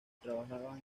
trabajaban